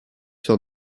sort